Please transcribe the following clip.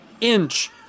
inch